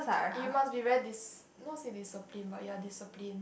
you must be very dis~ not say disciplined but ya disciplined